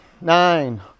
Nine